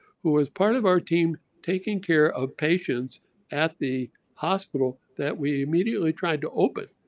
who was part of our team taking care of patients at the hospital that we immediately tried to open,